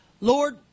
Lord